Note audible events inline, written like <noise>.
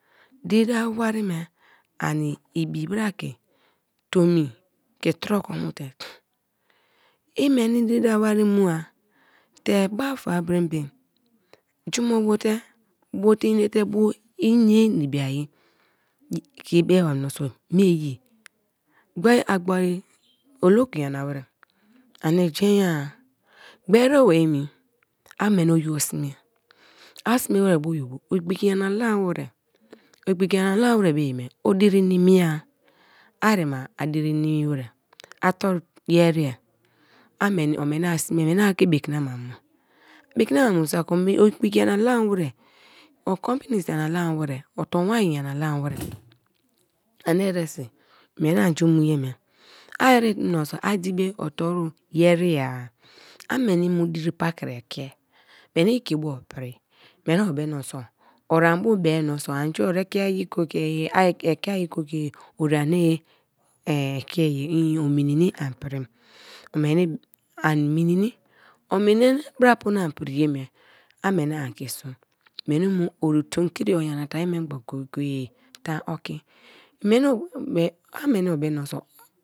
Diri da wari me ani ibi bara ke tomi ke troko mu te; i meni diri da wari mua te ba fa berenbe juno bote bote inate bo i ye na i biye-i ke i be ba menso me ye, gboi a gboi olo ko nyan waa ani jenya-a gbor erebo emi a meni oyibo sme, a sme wai, or igbiki nyana lam wai be ye me o diri ni mi ya arima a diri nimi waai, a toru ye ere a mini o mini a sme meni a ke bekin namamu, bekin namamu saki or igbiki nyana lam waai o companies nyana lam wai, o ton wa nyana lam waai anii eresi meni an ju mu ye me a erem meniso adi be o toru ya ere-i a meni mu diri pakri eke meni ke bo opri meni o be meniso o an bu be meniso anju o ekea go-go-ye, a ekea go-go-ye ori nii <hesitation> ke ye eee ominini an prim, omeni an minini, omini te bara pono an piriye me a meni an keso meni mu tom kri o nyana te-a mengba go-go ye tan oki, meni o be a meni o be menso.